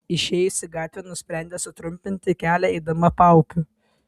išėjusi gatvėn nusprendė sutrumpinti kelią eidama paupiu